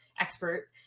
expert